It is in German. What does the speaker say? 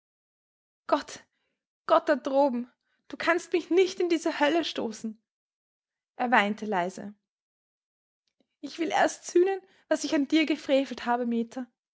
gott gott da droben du kannst mich nicht in diese hölle stoßen er weinte leise ich will erst sühnen was ich an dir gefrevelt habe meta